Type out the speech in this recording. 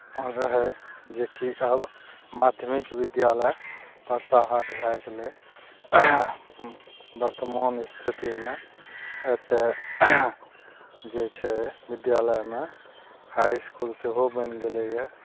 रहय जेकि आब माध्यमिक विद्यालय परसा हाट भए गेलय वर्तमान स्थितिमे एतय जे छै विद्यालयमे हाइ इसकुल सेहो बनि गेलइए